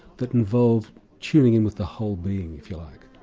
that involve tuning in with the whole being if you like,